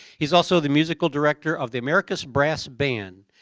he is also the musical director of the america's brass band,